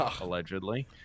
allegedly